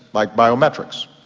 like biometrics,